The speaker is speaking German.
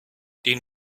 den